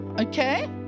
Okay